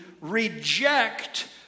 reject